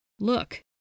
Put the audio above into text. Look